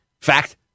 fact